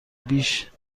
بیش